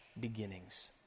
beginnings